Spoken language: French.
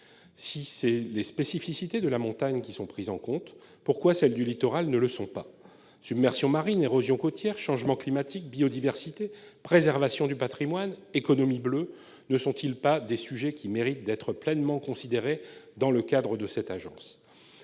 : si les spécificités de la montagne sont prises en compte, pourquoi celles du littoral ne le sont-elles pas ? Submersion marine, érosion côtière, changement climatique, biodiversité, préservation du patrimoine, économie bleue ... Ces sujets ne méritent-ils pas d'être pleinement considérés dans le cadre d'une telle agence ?